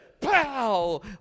Pow